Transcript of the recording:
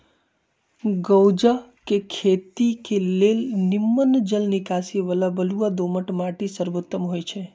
गञजा के खेती के लेल निम्मन जल निकासी बला बलुआ दोमट माटि सर्वोत्तम होइ छइ